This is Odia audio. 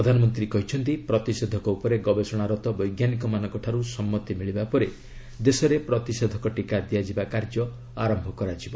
ପ୍ରଧାନମନ୍ତ୍ରୀ କହିଛନ୍ତି ପ୍ରତିଷେଧକ ଉପରେ ଗବେଷଣାରତ ବୈଜ୍ଞାନିକମାନଙ୍କ ଠାରୁ ସମ୍ମତି ମିଳିବା ପରେ ଦେଶରେ ପ୍ରତିଷେଧକ ଟିକା ଦିଆଯିବା କାର୍ଯ୍ୟ ଆରମ୍ଭ ହେବ